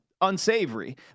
unsavory